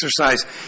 exercise